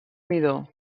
midó